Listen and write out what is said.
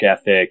ethic